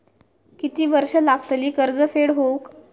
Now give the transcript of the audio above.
किती वर्षे लागतली कर्ज फेड होऊक?